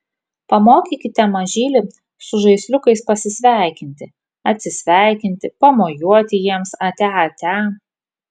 pamokykite mažylį su žaisliukais pasisveikinti atsisveikinti pamojuoti jiems atia atia